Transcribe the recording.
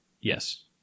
Yes